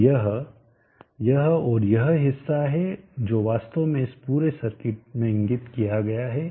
तो यह यह और यह हिस्सा है जो वास्तव में इस पूरे सर्किट में इंगित किया गया है